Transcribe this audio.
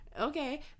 Okay